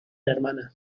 hermana